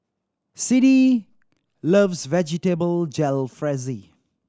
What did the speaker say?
Siddie loves Vegetable Jalfrezi